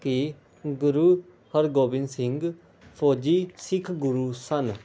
ਕਿ ਗੁਰੂ ਹਰਗੋਬਿੰਦ ਸਿੰਘ ਫੌਜੀ ਸਿੱਖ ਗੁਰੂ ਸਨ